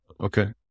Okay